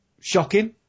shocking